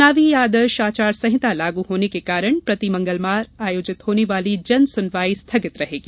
चुनावी आदर्श आचरण संहिता लागू होने के कारण प्रति मंगलवार आयोजित होने वाली जन सुनवाई स्थगित रहेगी